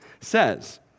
says